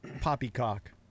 poppycock